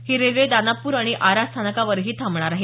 ही railway Danapur आणि आरा स्थानकावरही थांबणार आहे